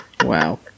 Wow